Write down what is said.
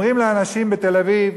אומרים לאנשים בתל-אביב: